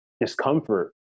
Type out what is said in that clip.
discomfort